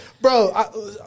bro